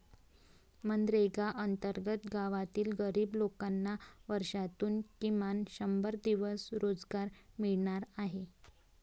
मनरेगा अंतर्गत गावातील गरीब लोकांना वर्षातून किमान शंभर दिवस रोजगार मिळणार आहे